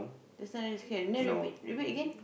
the sun is here then repeat repeat again